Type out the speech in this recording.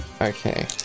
okay